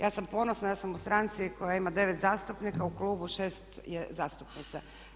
Ja sam ponosna, ja sam u stranci koja ima 9 zastupnika u klubu, 6 je zastupnica.